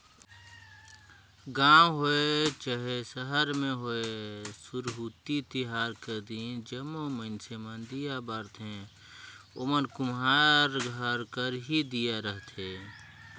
गाँव होए चहे सहर में होए सुरहुती तिहार कर दिन जम्मो मइनसे मन दीया बारथें ओमन कुम्हार घर कर ही दीया रहथें